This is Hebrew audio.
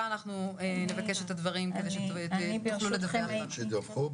אנחנו נבקש את הדברים כדי שתוכלו לדווח לנו.